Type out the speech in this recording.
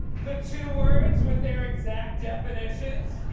the two words with their exact definitions?